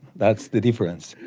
that's the difference.